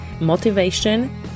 motivation